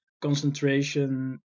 concentration